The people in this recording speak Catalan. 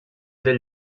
del